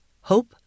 hope